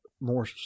more